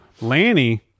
Lanny